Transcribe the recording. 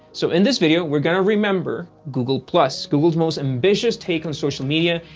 so in this video, we're going to remember google plus, google's most ambitious take on social media,